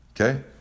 Okay